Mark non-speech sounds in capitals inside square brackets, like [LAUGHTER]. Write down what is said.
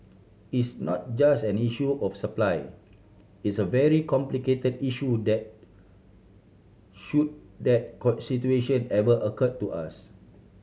it's not just an issue of supply it's a very complicated issue that should that [UNINTELLIGIBLE] situation ever occur to us